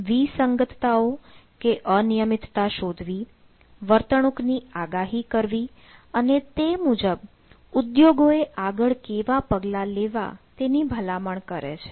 વિસંગતતાઓ કે અનિયમિતતા શોધવી વર્તણૂક ની આગાહી કરવી અને તે મુજબ ઉદ્યોગો એ આગળ કેવા પગલા લેવા તેની ભલામણ કરે છે